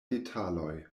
detaloj